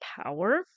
power